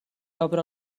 obre